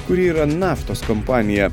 kuri yra naftos kompanija